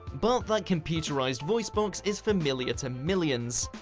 but that computerized voice box is familiar to millions.